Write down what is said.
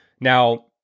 Now